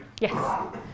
Yes